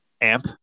amp